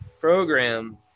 program